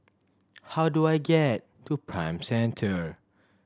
how do I get to Prime Centre